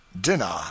dinner